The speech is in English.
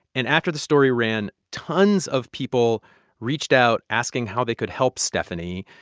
and after the story ran, tons of people reached out asking how they could help stephanie.